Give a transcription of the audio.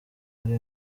hari